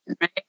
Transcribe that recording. right